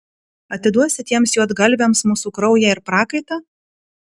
atiduosi tiems juodgalviams mūsų kraują ir prakaitą